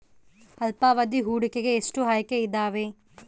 ಅಲ್ಪಾವಧಿ ಹೂಡಿಕೆಗೆ ಎಷ್ಟು ಆಯ್ಕೆ ಇದಾವೇ?